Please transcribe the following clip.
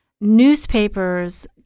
Newspapers